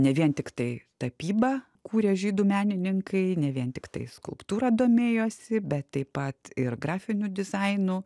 ne vien tiktai tapybą kūrė žydų menininkai ne vien tiktai skulptūra domėjosi bet taip pat ir grafiniu dizainu